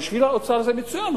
מבחינת האוצר זה מצוין,